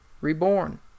reborn